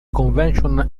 convention